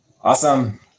Awesome